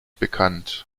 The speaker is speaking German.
bekannt